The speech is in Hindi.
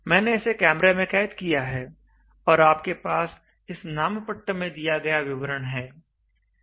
मैंने इसे कैमरे में कैद किया है और आपके पास इस नामपट्ट में दिया गया विवरण है